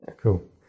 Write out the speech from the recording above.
Cool